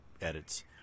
edits